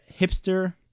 hipster